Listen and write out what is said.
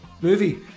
movie